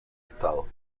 estado